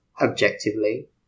objectively